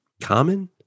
common